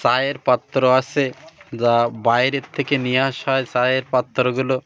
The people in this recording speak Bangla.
চায়ের পাত্র আসে যা বাইরের থেকে নিয়ে আস হয় চায়ের পাত্রগুলো